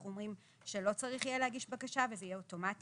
אומרים שלא צריך יהיה להגיש בקשה וזה יהיה אוטומטי).